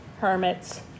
hermits